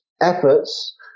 efforts